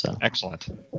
Excellent